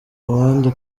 abandi